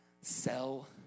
sell